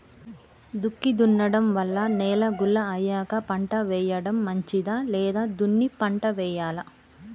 దుక్కి దున్నడం వల్ల నేల గుల్ల అయ్యాక పంట వేయడం మంచిదా లేదా దున్ని పంట వెయ్యాలా?